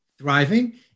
thriving